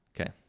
okay